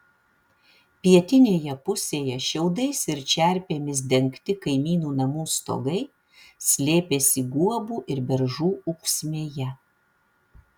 pietinėje pusėje šiaudais ir čerpėmis dengti kaimynų namų stogai slėpėsi guobų ir beržų ūksmėje